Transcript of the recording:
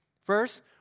First